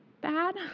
bad